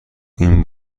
این